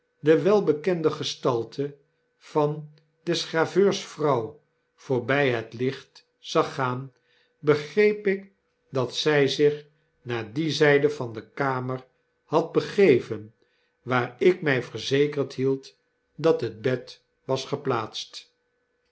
de welbekende gestalte van des graveurs vrouw voorbij het licht zag gaan begreep ik dat zij zich naar die zijde der kamer had begeven waar ik my verzekerd hield dat het bed was geplaatst